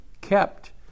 kept